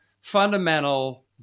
fundamental